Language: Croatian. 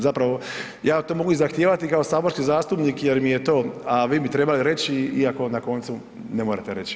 Zapravo ja to mogu i zahtijevati kao saborski zastupnik jer mi je to, a vi bi trebali reći, iako na koncu ne morate reći.